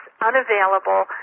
unavailable